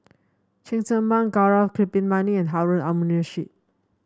Cheng Tsang Man Gaurav Kripalani and Harun Aminurrashid